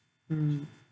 mm